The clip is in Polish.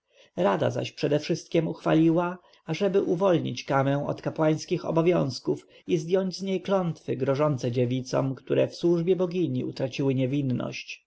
rada zaś przedewszystkiem uchwaliła ażeby uwolnić kamę od kapłańskich obowiązków i zdjąć z niej klątwy grożące dziewicom które w służbie bogini utraciły niewinność